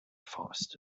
faster